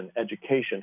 education